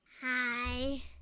Hi